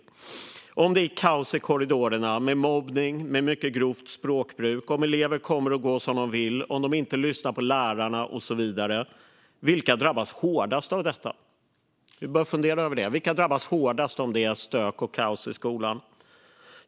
Vilka drabbas hårdast om det är kaos i korridorerna med mobbning och mycket grovt språkbruk och om elever kommer och går som de vill och inte lyssnar på lärarna och så vidare? Vi bör fundera över det. Vilka drabbas hårdast om det är stök och kaos i skolan?